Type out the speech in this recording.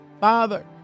Father